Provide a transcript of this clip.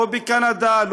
לא בקנדה,